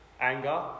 Anger